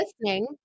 listening